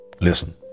Listen